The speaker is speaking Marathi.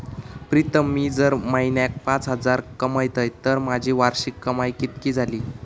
प्रीतम मी जर म्हयन्याक पाच हजार कमयतय तर माझी वार्षिक कमाय कितकी जाली?